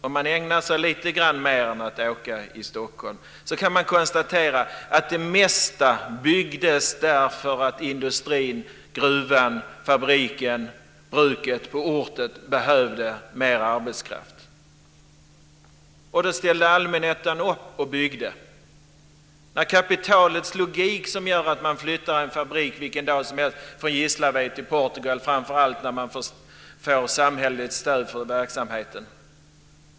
Om man ägnar sig lite grann mer åt något annat än Stockholm, kan man konstatera att det mesta byggdes därför att industrin, gruvan, fabriken, bruket på orten behövde mer arbetskraft. Då ställde allmännyttan upp och byggde bostäder. Det är kapitalets logik som gör att man flyttar en fabrik vilken dag som helst från Gislaved till Portugal, framför allt när man får samhälleligt stöd för verksamheten.